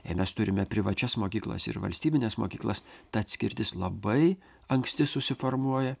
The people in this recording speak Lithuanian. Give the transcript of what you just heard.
jei mes turime privačias mokyklas ir valstybines mokyklas ta atskirtis labai anksti susiformuoja